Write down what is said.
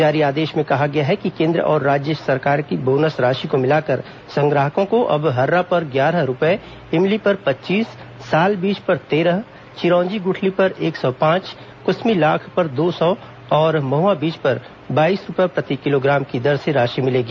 जारी आदेश में कहा गया है कि केंद्र और राज्य की बोनस राशि को मिलाकर संग्राहकों को अब हर्रा पर ग्यारह रूपये ईमली पर पच्चीस साल बीज पर तेरह चिरौंजी गुठली पर एक सौ पांच क्समी लाख पर दो सौ और महआ बीज पर बाईस रूपये प्रति किलोग्राम की दर से राशि मिलेगी